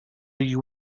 you